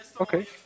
Okay